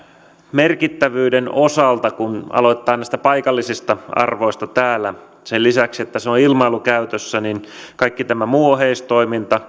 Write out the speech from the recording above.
merkittävyyden osalta kun aloittaa näistä paikallisista arvoista täällä sen lisäksi että se on ilmailukäytössä niin kaikki tämä muu oheistoiminta